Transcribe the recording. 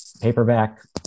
paperback